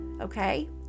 Okay